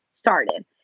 started